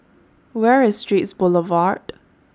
Where IS Straits Boulevard